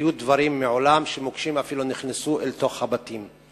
היו דברים מעולם שמוקשים אפילו נכנסו אל תוך הבתים.